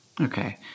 Okay